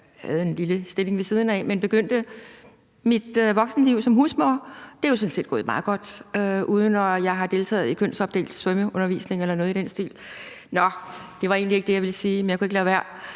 Jeg havde en lille stilling ved siden af, men jeg begyndte mit voksenliv som husmor. Det er jo sådan set gået meget godt, uden at jeg har deltaget i kønsopdelt svømmeundervisning eller noget i den stil. Nå, det var egentlig ikke det, jeg ville sige, men jeg kunne ikke lade være.